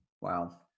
Wow